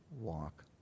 walk